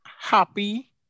happy